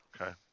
Okay